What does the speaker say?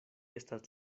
estas